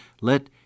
Let